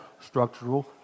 structural